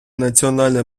національної